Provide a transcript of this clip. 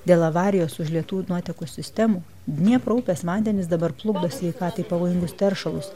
dėl avarijos užlietų nuotekų sistemų dniepro upės vandenis dabar plukdo sveikatai pavojingus teršalus